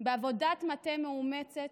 בעבודת מטה מאומצת,